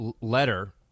letter